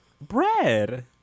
bread